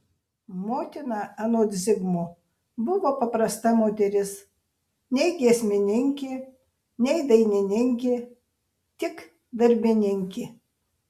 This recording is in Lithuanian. motina anot zigmo buvo paprasta moteris nei giesmininkė nei dainininkė tik darbininkė